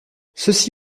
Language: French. ceci